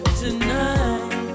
tonight